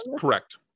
Correct